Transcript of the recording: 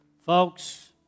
Folks